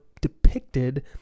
depicted